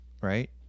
right